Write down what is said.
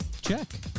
Check